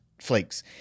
flakes